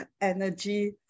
energy